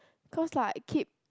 cause like I keep